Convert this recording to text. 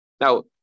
Now